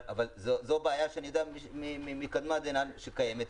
אבל זו בעיה שאני יודע מקדמת דנא שקיימת.